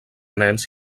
nens